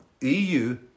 EU